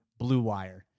BLUEWIRE